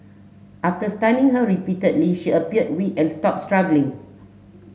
after stunning her repeatedly she appeared weak and stopped struggling